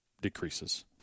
decreases